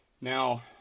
Now